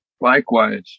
Likewise